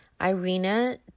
Irina